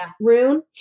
Rune